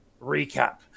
recap